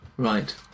Right